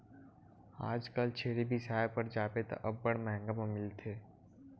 आजकल छेरी बिसाय बर जाबे त अब्बड़ मंहगा म मिलथे